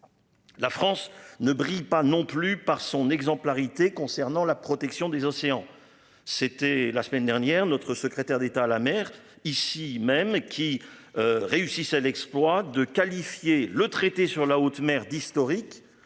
La France ne brille pas non plus par son exemplarité concernant la protection des océans. C'était la semaine dernière, notre secrétaire d'État à la mer ici même qui. Réussissent à l'exploit de qualifier le traité sur la haute mer d'historique,